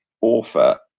author